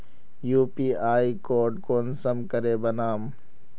UPI code कुंसम करे बनाम?